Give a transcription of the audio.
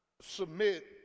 submit